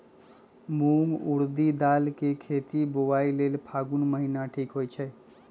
मूंग ऊरडी दाल कें खेती बोआई लेल फागुन महीना ठीक होई छै